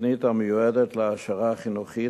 תוכנית המיועדת להעשרה חינוכית,